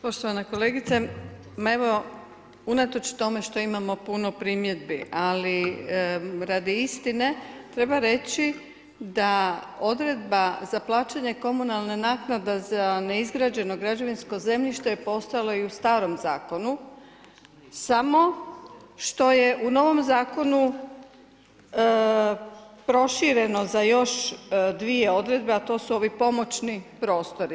Poštovana kolegice, ma evo, unatoč tome što imamo puno primjedbi, ali radi istine, treba reći da odredba za plaćanje komunalne naknade za neizgrađeno građevinsko zemljište je postojala i u starom zakonu, samo što je u novom zakonu prošireno za još dvije odredbe, a to su ovi pomoćni prostori.